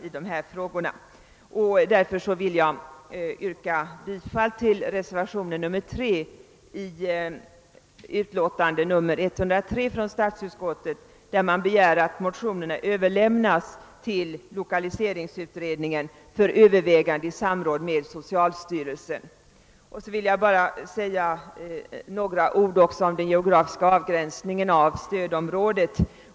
Jag ber därför att få yrka bifall till reservationen 3 i statsutskottets utlåtande nr 103, i vilken begäres att motionerna överlämnas till l1okaliseringsutredningen för övervägande i samråd med socialstyrelsen. Sedan vill jag också säga några ord om den geografiska avgränsningen av stödområdet.